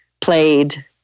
played